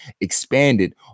expanded